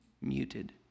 muted